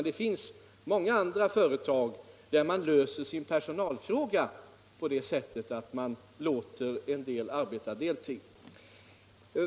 Det finns dock många andra företag där man löser sin personalfråga på det sättet att man låter vissa anställda arbeta på deltid.